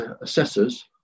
assessors